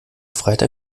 freitag